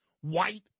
white